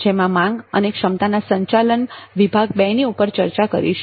જેમાં માંગ અને ક્ષમતાના સંચાલન વિભાગ 2 ની ઉપર ચર્ચા કરીશ